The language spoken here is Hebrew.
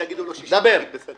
זה מה